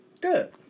Good